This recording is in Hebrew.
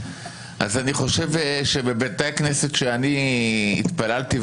אני חושב שבבתי הכנסת שאני התפללתי,